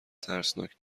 ترسناک